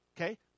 Okay